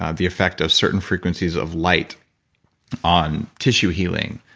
ah the effect of certain frequencies of light on tissue healing,